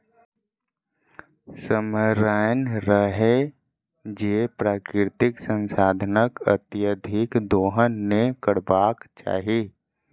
स्मरण रहय जे प्राकृतिक संसाधनक अत्यधिक दोहन नै करबाक चाहि